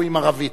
הוא עם ערבית.